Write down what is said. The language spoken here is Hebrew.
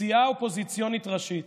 סיעה אופוזיציונית ראשית